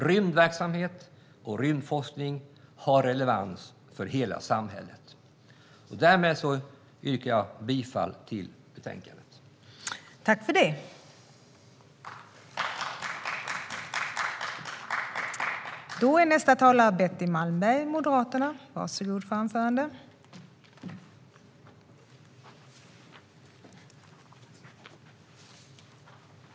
Rymdverksamhet och rymdforskning har relevans för hela samhället. Jag yrkar därför bifall till utskottets förslag.